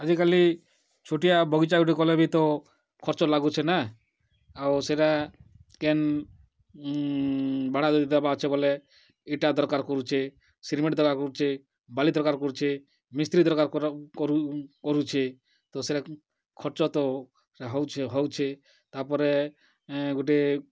ଆଜିକାଲି ଛୋଟିଆ ବଗିଚା ଗୋଟେ କଲେ ବି ତ ଖର୍ଚ୍ଚ ଲାଗୁଛେ ନା ଆଉ ସେଟା କେନ୍ ଭାଡ଼ା ଯଦି ଦବା ଅଛି ବୋଲେ ଇଟା ଦରକାର କରୁଛେ ସିମେଣ୍ଟ ଦରକାର କରୁଛେ ବାଲି ଦରକାର କରୁଛେ ମିସ୍ତ୍ରୀ ଦରକାର କରୁଛେ ତ ସେଇଟା ଖର୍ଚ୍ଚ ତ ହଉଛେ ହଉଛେ ତା'ପରେ ଗୋଟିଏ